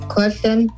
Question